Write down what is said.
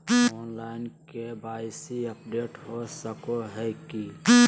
Online KYC update हो सको है की?